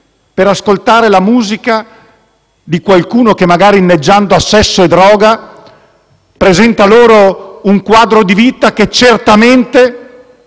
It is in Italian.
per ascoltare la musica di qualcuno che, magari inneggiando a sesso e droga, presenta loro un quadro di vita certamente